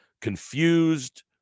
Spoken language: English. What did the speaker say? confused